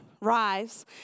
rise